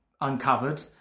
uncovered